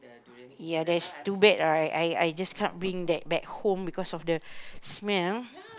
ya that's too bad right I I just can't bring that back home because of the smell